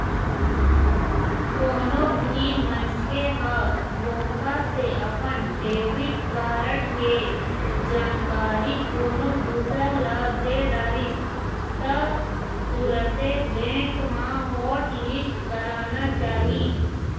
कोनो भी मनखे ह धोखा से अपन डेबिट कारड के जानकारी कोनो दूसर ल दे डरिस त तुरते बेंक म हॉटलिस्ट कराना चाही